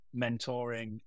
mentoring